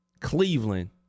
Cleveland